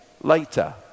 later